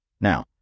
Now